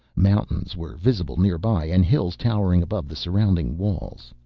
mountains were visible nearby, and hills, towering above the surrounding walls.